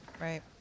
right